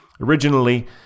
Originally